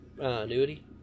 annuity